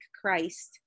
Christ